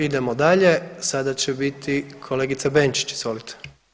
Idemo dalje, sada će biti kolegica Benčić, izvolite.